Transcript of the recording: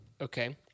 Okay